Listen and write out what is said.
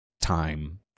time